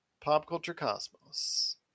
PopCultureCosmos